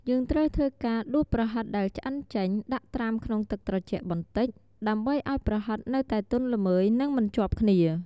យើងត្រូវធ្វើការដួសប្រហិតដែលឆ្អិនចេញ ដាក់ត្រាំក្នុងទឹកត្រជាក់បន្តិច ដើម្បីឱ្យប្រហិតនៅតែទន់ល្មើយ និងមិនជាប់គ្នា។